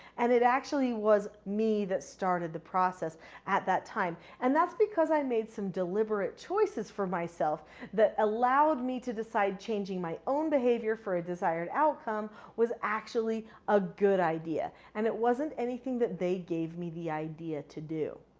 and it actually was me that started the process at that time. and that's because i made some deliberate choices for myself that allowed me to decide changing my own behavior for a desired outcome was actually a good idea. and it wasn't anything that they gave me the idea to do.